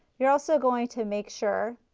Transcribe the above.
you're also going to make sure